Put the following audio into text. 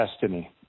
destiny